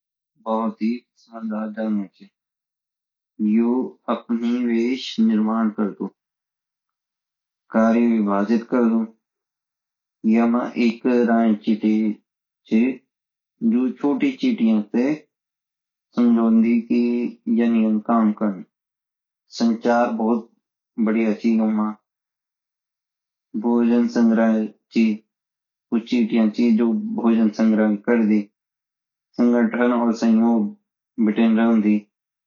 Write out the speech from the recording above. चीटिया जो ची भोत समझदार जानवर ची यु अपनी वेश निर्माण करदुकरदु कार्य विभाजित करदु यैमा एक रानी चींटी ची जो छोटी चींटियों ते सम्झौन्दी की यान यान कम् कर्ण संचार भूत बढ़िया ची युमा भोजन संग्रां ची कुछ चींटिया ची जो भोजन संग्रां करदी संगठन और सहयोग बितान रौंदी